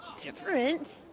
different